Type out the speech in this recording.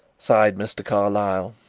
sighed mr. carlyle,